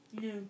no